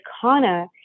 Kana